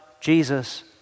Jesus